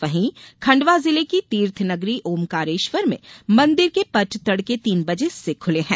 वहीं खंडवा जिले की तीर्थ नगरी ओमकारेश्वर में मंदिर के पट तड़के तीन बजे से खुले है